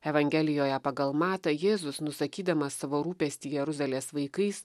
evangelijoje pagal matą jėzus nusakydamas savo rūpestį jeruzalės vaikais